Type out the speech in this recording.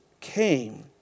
came